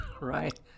right